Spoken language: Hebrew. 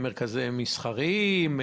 מרכזים מסחריים,